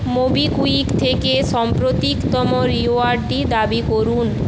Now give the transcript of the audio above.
MobiKwik থেকে সম্প্রতিকতম রিওয়ার্ডটি দাবি করুন